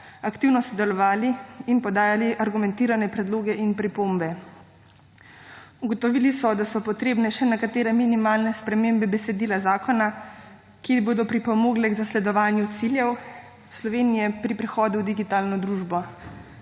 aktivno sodelovali in podajali argumentirane predloge in pripombe. Ugotovili so, da so potrebne še nekatere minimalne spremembe besedila zakona, ki bodo pripomogle k zasledovanju ciljev Slovenije pri prehodu v digitalno družbo.